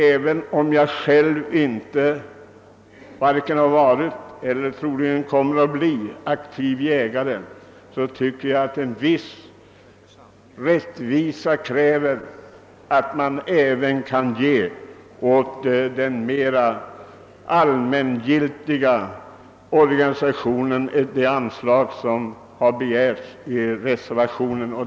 Även om jag själv inte har varit och troligen inte heller kommer att bli aktiv jägare, tycker jag att rättvisan kräver att även den mer folkliga organisationen får det anslag som har begärts i reservationen.